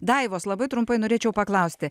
daivos labai trumpai norėčiau paklausti